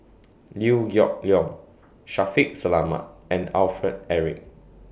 Liew Geok Leong Shaffiq Selamat and Alfred Eric